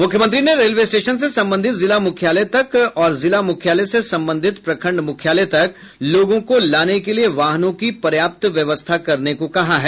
मुख्यमंत्री ने railway station से संबंधित जिला मुख्यालय तक और जिला मुख्यालय से संबंधित प्रखंड मुख्यालय तक लोगों को लाने के लिये वाहनों की पर्याप्त व्यवस्था करने को कहा है